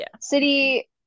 City